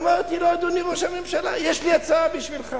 אמרתי לו: אדוני ראש הממשלה, יש לי הצעה בשבילך.